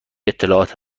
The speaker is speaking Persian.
اطلاعات